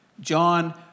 John